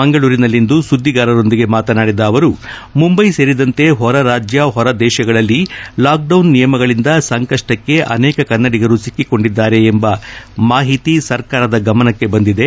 ಮಂಗಳೂರಿನಲ್ಲಿಂದು ಸುದ್ದಿಗಾರರೊಂದಿಗೆ ಮಾತನಾಡಿದ ಅವರು ಮುಂಬೈ ಸೇರಿದಂತೆ ಹೊರರಾಜ್ಲ ಹೊರದೇಶಗಳಲ್ಲಿ ಲಾಕ್ಡೌನ್ ನಿಯಮಗಳಿಂದ ಸಂಕಪ್ಪಕ್ಕೆ ಅನೇಕ ಕನ್ನಡಿಗರು ಸಿಕ್ಕೊಂಡಿದ್ದಾರೆ ಎಂಬ ಮಾಹಿತಿ ಸರ್ಕಾರದ ಗಮನಕ್ಕೆ ಬಂದಿದೆ